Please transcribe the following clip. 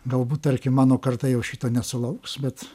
galbūt tarkim mano karta jau šito nesulauks bet